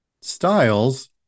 styles